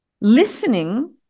listening